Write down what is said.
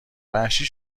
وحشی